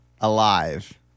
alive